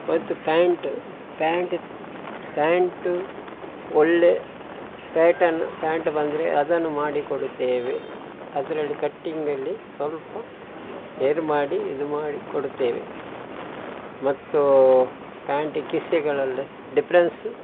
ಮತ್ತು pant pant pant ಒಳ್ಳೆಯ pattern pant ಬಂದರೆ ಅದನ್ನು ಮಾಡಿಕೊಡುತ್ತೇವೆ ಅದ್ರಲ್ಲಿ ಕಟ್ಟಿಂಗಲ್ಲಿ ಸ್ವಲ್ಪ ಮಾಡಿ ಇದು ಮಾಡಿಕೊಡುತ್ತೇವೆ ಮತ್ತು ಪ್ಯಾಂಟ್ ಕಿಸೆಗಳಲ್ಲಿ ಡಿಪ್ರೆನ್ಸು